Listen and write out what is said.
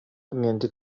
community